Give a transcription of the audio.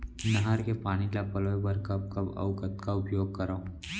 नहर के पानी ल पलोय बर कब कब अऊ कतका उपयोग करंव?